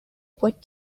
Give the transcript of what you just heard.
what